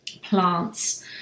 plants